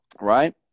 right